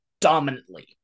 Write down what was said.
dominantly